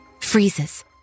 freezes